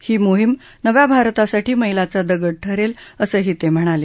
ही मोहीम नव्या भारतासाठी मैलाचा दगड ठरेल असंही ते म्हणाले